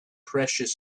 precious